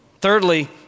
Thirdly